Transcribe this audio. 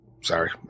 Sorry